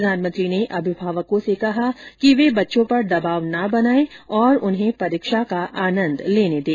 प्रधानमंत्री ने अभिभावकों से कहा कि वे बच्चों पर दबाव न बनाएं और उन्हें परीक्षा का आनन्द लेने दें